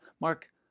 Mark